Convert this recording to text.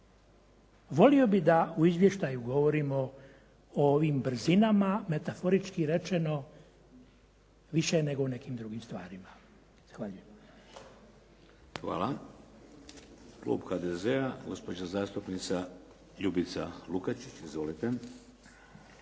Volio bih da u izvještaju govorimo o ovim brzinama, metaforički rečeno više nego o nekim drugim stvarima.